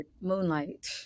Moonlight